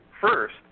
first